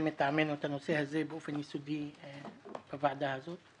מטעמנו את הנושא הזה באופן יסודי בוועדה הזאת.